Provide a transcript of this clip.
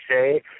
say